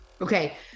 Okay